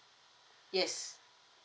yes